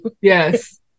Yes